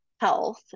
health